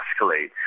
escalate